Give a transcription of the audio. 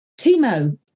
Timo